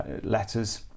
letters